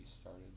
started